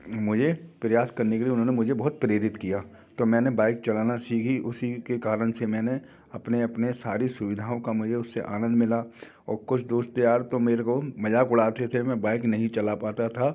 मुझे प्रयास करने के लिए उन्होंने मुझे बहुत प्रेरित किया तो मैंने बाइक चलाना सीखी उसी के कारण से मैंने अपने अपने सारी सुविधाओं का मुझे उससे आनंद मिला वो कुछ दोस्त यार तो मेरे को मज़ाक उड़ाते थे मैं बाइक नहीं चला पाता था